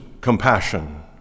compassion